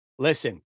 listen